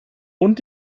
und